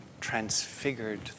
transfigured